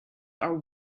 are